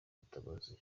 mutabazi